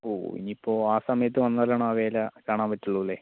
ഓ ഇനിയിപ്പോൾ ആ സമയത്തു വന്നാലാണ് ആ വേല കാണാൻ പറ്റുളളുവല്ലേ